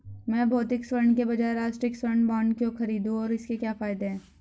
मैं भौतिक स्वर्ण के बजाय राष्ट्रिक स्वर्ण बॉन्ड क्यों खरीदूं और इसके क्या फायदे हैं?